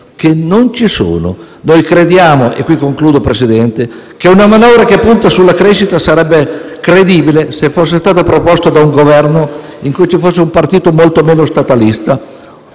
che non ci sono. Noi crediamo che una manovra che punta sulla crescita sarebbe credibile se fosse proposta da un Governo in cui ci fosse un partito molto meno statalista